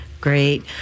Great